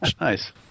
Nice